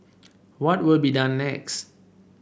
what will be done next